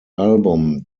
album